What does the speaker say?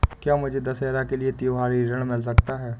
क्या मुझे दशहरा के लिए त्योहारी ऋण मिल सकता है?